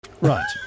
Right